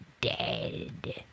dead